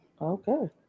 Okay